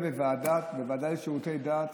בוועדה לשירותי דת,